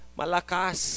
malakas